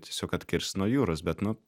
tiesiog atkirs nuo jūros bet nu